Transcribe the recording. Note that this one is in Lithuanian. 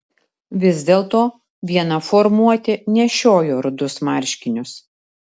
vis dėlto viena formuotė nešiojo rudus marškinius